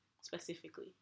specifically